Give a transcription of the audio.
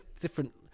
different